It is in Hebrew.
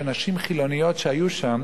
שנשים חילוניות שהיו שם